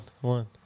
One